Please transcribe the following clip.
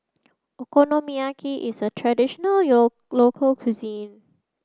Okonomiyaki is a traditional local cuisine